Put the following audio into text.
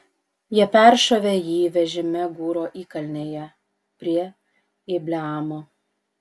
jie peršovė jį vežime gūro įkalnėje prie ibleamo